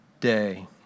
day